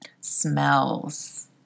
Smells